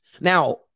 Now